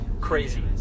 Crazy